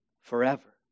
Forever